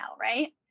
right